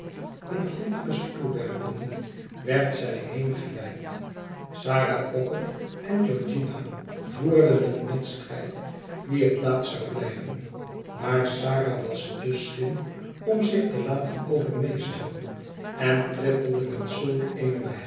een handkus toewerpende werd zij heengeleid sarah pocket en georgina voerden een wedstrijd wie het laatst zou blijven maar sarah was te slim om zich te laten overmeesteren en trippelde met zulk eene